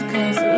Cause